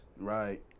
Right